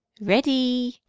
ready.